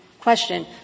Question